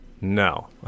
No